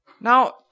Now